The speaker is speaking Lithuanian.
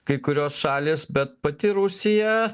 kai kurios šalys bet pati rusija